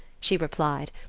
she replied,